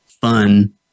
fun